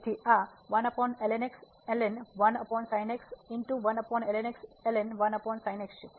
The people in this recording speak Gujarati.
તેથી આ છે